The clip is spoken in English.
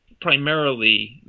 primarily